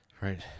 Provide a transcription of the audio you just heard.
Right